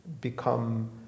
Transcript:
become